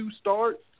start